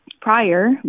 prior